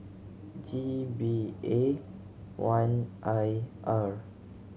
G B A one I R